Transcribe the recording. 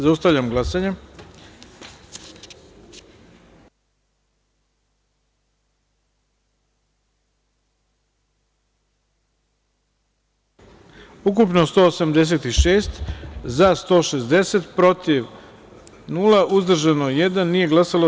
Zaustavljam glasanje: ukupno 186, za - 160, protiv - niko, uzdržan – jedan, nije glasalo 25.